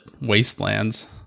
wastelands